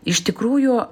iš tikrųjų